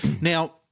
Now